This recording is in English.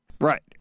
Right